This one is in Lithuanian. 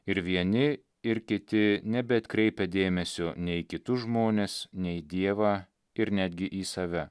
ir vieni ir kiti nebeatkreipia dėmesio nei į kitus žmones nei į dievą ir netgi į save